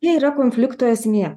jie yra konflikto esmė